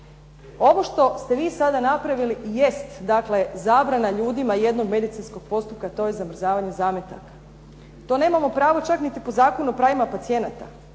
Ovo što ste vi sada napravili jest dakle zabrana ljudima jednog medicinskog postupka, to je zamrzavanje zametaka. To nemamo pravo čak niti po Zakonu o pravima pacijenata